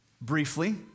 briefly